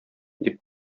дип